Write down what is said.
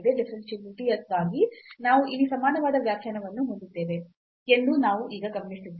differentiability ಗಾಗಿ ನಾವು ಇಲ್ಲಿ ಸಮಾನವಾದ ವ್ಯಾಖ್ಯಾನವನ್ನು ಹೊಂದಿದ್ದೇವೆ ಎಂದು ನಾವು ಈಗ ಗಮನಿಸಿದ್ದೇವೆ